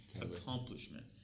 accomplishment